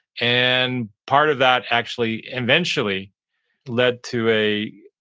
and part of that actually eventually led to a,